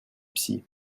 psy